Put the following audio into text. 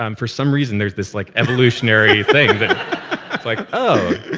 um for some reason there's this like evolutionary thing that it's like, oh,